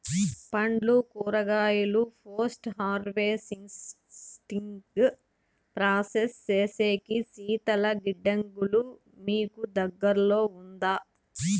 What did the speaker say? పండ్లు కూరగాయలు post harvesting process సేసేకి శీతల గిడ్డంగులు మీకు దగ్గర్లో ఉందా?